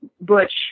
butch